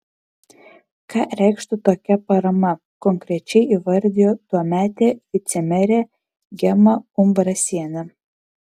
ką reikštų tokia parama konkrečiai įvardijo tuometė vicemerė gema umbrasienė